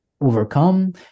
overcome